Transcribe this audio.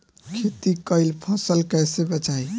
खेती कईल फसल कैसे बचाई?